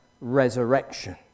resurrection